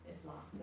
Islam